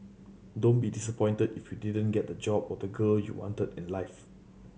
don't be disappointed if you didn't get the job or the girl you wanted in life